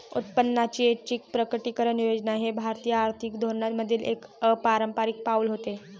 उत्पन्नाची ऐच्छिक प्रकटीकरण योजना हे भारतीय आर्थिक धोरणांमधील एक अपारंपारिक पाऊल होते